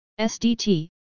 SDT